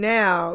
now